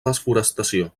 desforestació